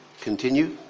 continue